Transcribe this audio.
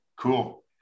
Cool